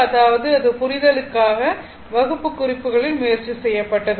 அதாவது அது புரிதலுக்காக வகுப்பு குறிப்புகளில் முயற்சி செய்யப்பட்டது